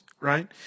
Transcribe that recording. Right